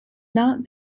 not